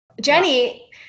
Jenny